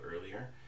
earlier